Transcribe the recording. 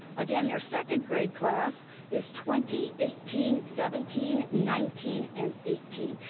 again, their second-grade class is twenty, eighteen, seventeen, nineteen and eighteen.